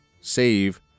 save